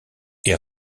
est